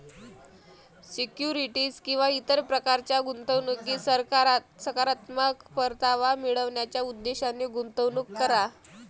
securities किंवा इतर प्रकारच्या गुंतवणुकीत सकारात्मक परतावा मिळवण्याच्या उद्देशाने गुंतवणूक करा